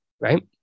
right